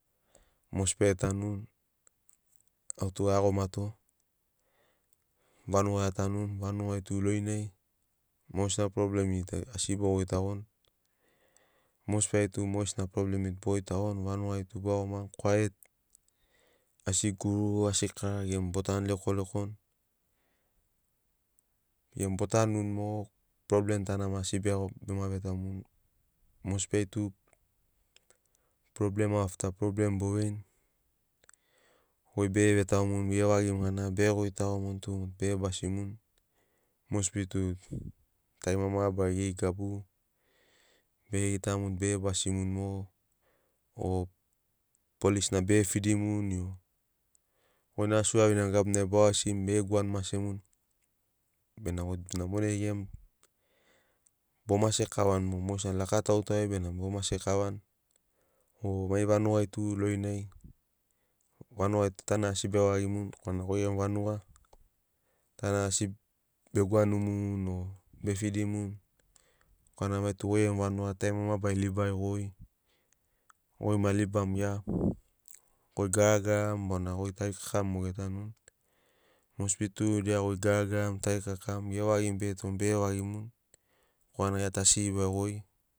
Mosbi ai etanuni autu aiagomato vanugai atanuni vanugai tu lorinai mogesina problemiri tu asi bogoitagoni mosibi ai tu mogesina problemri tu bogotagoni vanugai tu boiagomani tu kwaiet asi guru asi kara gemu botanu lekolekoni emu botanuni mogo problem tana maki asi bema vetaumuni. Mosbi au tu problem afta problem bo veini goi bege vetaumuni gevagimu gana bege goitagomuni tu bege basimuni mosbi tu tarima mabarari geri gabu bege gitamuni bege basimuni mogo o polis na bege fidimuni goi na asi ouraviniani gabunai boragasini bege gwanu masemuni bena goi tug emu bo mase kavani mogo mogesina laka taguitagui ai ben abo mase kavani o mai vanugai tu lorinai vanugai tu tana asi be vagimuni korana goi gemu vanuga tana asi be gwanumuni o be fidimuni korana mai tug oi gemu vanuga tarima mabarari libari goi, goi maki libamu gia goi garagarmu bona goi tarikakamu moge getanuni mosbi tu dia goi garagaramu tarikakamu gevagimu begetoni bege vagimuni korana gia tu asi libari goi